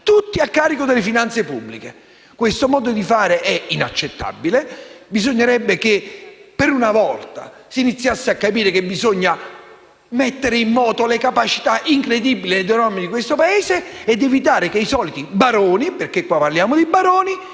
tutti a carico delle finanze pubbliche. Questo modo di fare è inaccettabile e bisognerebbe che, per una volta, si iniziasse a capire che è necessario mettere in moto le capacità incredibili ed enormi di questo Paese, evitando che i soliti baroni - perché è di loro